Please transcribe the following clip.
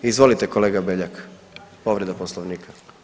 Izvolite kolega Beljak, povreda Poslovnika.